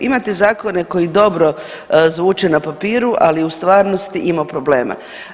Imate zakone koji dobro zvuče na papiru, ali u stvarnosti ima problema.